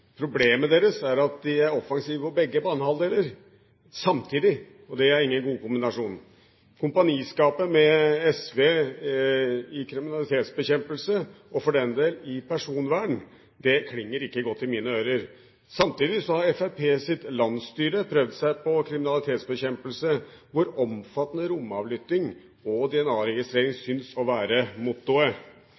Problemet deres er at de er offensive på begge banehalvdeler samtidig. Det er ingen god kombinasjon. Kompaniskapet med SV i tilknytning til kriminalitetsbekjempelse, og for den del i tilknytning til personvern, klinger ikke godt i mine ører. Samtidig har Fremskrittspartiets landsstyre prøvd seg på kriminalitetsbekjempelse, hvor omfattende romavlytting og DNA-registrering syns å være